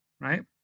right